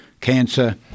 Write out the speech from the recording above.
cancer